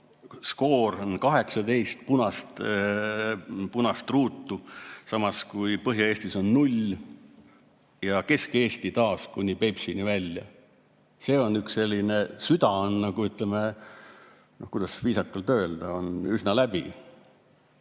skoor on 18 punast ruutu, samas kui Põhja-Eestis on null, ja Kesk-Eesti taas kuni Peipsini välja. See on üks selline, süda on, kuidas viisakalt öelda, üsna läbi.